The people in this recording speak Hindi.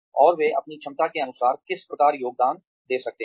और वे अपनी क्षमता के अनुसार किस प्रकार योगदान दे सकते हैं